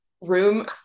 room